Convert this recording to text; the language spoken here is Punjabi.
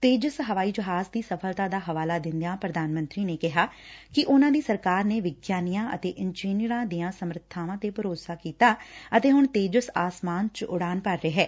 ਤੇਜਸ ਹਵਾਈ ਜਹਾਜ਼ ਦੀ ਸਫ਼ਲਤਾ ਦਾ ਹਵਾਲਾ ਦਿੰਦਿਆਂ ਪ੍ਰਧਾਨ ਮੰਤਰੀ ਨੇ ਕਿਹਾ ਕਿ ਉਨਾਂ ਦੀ ਸਰਕਾਰ ਨੇ ਵਿਗਿਆਨੀਆਂ ਅਤੇ ਇੰਜਨੀਅਰਾਂ ਦੀਆਂ ਸਮਰਬਾਵਾਂ ਤੇ ਭਰੋਸਾ ਕੀਤਾ ਅਤੇ ਹੁਣ ਤੇਜਸ ਆਸਮਾਨ ਚ ਉਡਾਣ ਭਰ ਰਿਹੈ